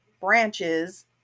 branches